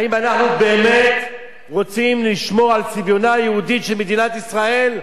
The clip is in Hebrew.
האם אנחנו באמת רוצים לשמור על צביונה היהודי של מדינת ישראל,